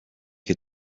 that